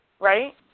right